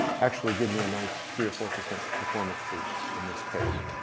actually give me a nice three or four percent performance boost in this case.